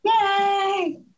Yay